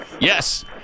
Yes